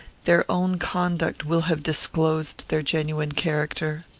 their own conduct will have disclosed their genuine character.